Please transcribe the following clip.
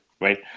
right